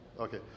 okay